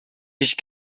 ich